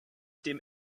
dem